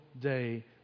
day